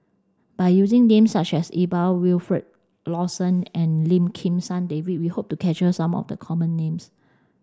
by using names such as Iqbal Wilfed Lawson and Lim Kim San David we hope to capture some of the common names